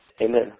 Amen